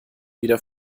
wieder